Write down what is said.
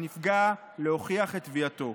שנפגע להוכיח את תביעתו.